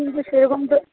কিন্তু সেরকম তো